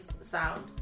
sound